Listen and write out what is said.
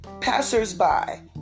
passers-by